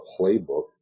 playbook